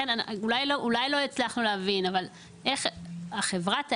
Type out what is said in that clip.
אולי לא הצלחנו להבין, אבל איך חברת האם,